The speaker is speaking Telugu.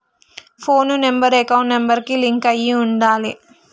పోను నెంబర్ అకౌంట్ నెంబర్ కి లింక్ అయ్యి ఉండాలే